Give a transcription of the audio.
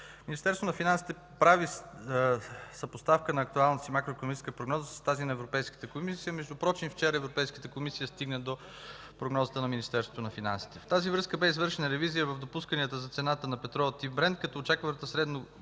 Министерството на финансите прави съпоставка на актуалната си макроикономическа прогноза с тази на Европейската комисия, впрочем вчера Европейската комисия стигна до прогнозата на Министерството на финансите. Във връзка с това бе извършена ревизия в допусканията за цената на петрола тип „Брент”, като очакваната средногодишна